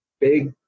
big